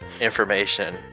information